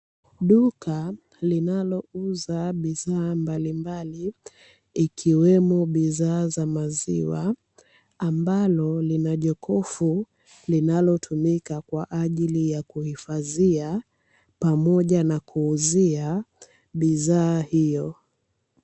Duka linalouza bidhaa mbalimbali ikiwemo bidhaa za maziwa, ambalo lina jokofu linalotumika kwa ajili ya kuhifadhia pamoja na kuuzia bidhaa hiyo.